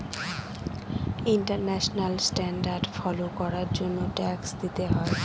international standard follow করার জন্য tax দিতে হয়